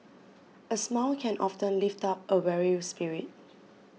a smile can often lift up a weary spirit